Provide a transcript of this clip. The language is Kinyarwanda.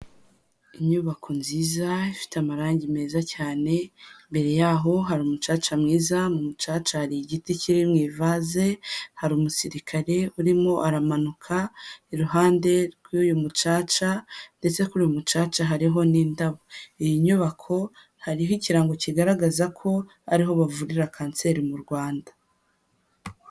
Inyubako nziza ifite amarangi meza cyane, mbere yaho hari umucaca mwiza, mu mucaca hari igiti kiri mu i vase hari umusirikare urimo aramanuka iruhande rw'uyu mucaca, ndetse kuri uyu mucaca hariho n'indabo, iyi nyubako hariho ikirango kigaragaza ko ariho bavurira kanseri mu Rwanda.